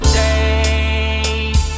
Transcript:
days